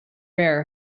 rare